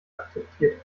akzeptiert